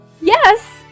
Yes